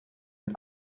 and